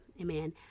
Amen